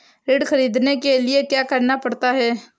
ऋण ख़रीदने के लिए क्या करना पड़ता है?